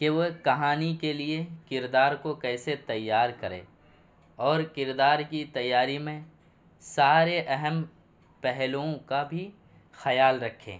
کہ وہ کہانی کے لیے کردار کو کیسے تیار کرے اور کردار کی تیاری میں سارے اہم پہلوؤں کا بھی خیال رکھے